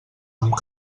amb